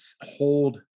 hold